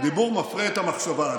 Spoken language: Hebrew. הדיבור מפרה את המחשבה.